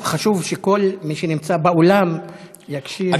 חשוב שכל מי שנמצא באולם יקשיב אני